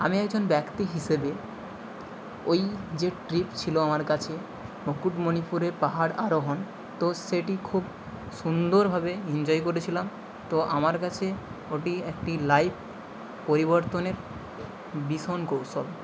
আমি একজন ব্যক্তি হিসেবে ওই যে ট্রিপ ছিল আমার কাছে মুকুটমণিপুরে পাহাড় আরোহণ তো সেটি খুব সুন্দরভাবে এনজয় করেছিলাম তো আমার কাছে ওটি একটি লাইফ পরিবর্তনের বিসন কৌশল